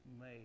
made